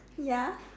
ya